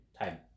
time